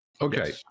Okay